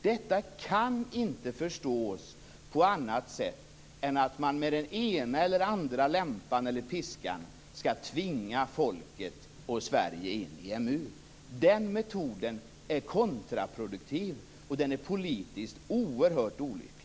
Det kan inte förstås på annat sätt än att man med den ena eller andra lämpan eller piskan skall tvinga folket och Sverige in i EMU. Den metoden är kontraproduktiv och politiskt oerhört olycklig.